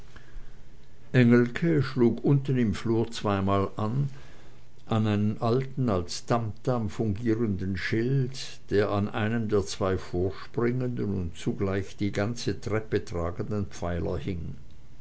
engelke schlug unten im flur zweimal an einen alten als tamtam fungierenden schild der an einem der zwei vorspringenden und zugleich die ganze treppe tragenden pfeiler hing